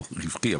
רווחי,